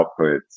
outputs